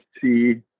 see